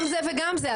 גם זה וגם זה.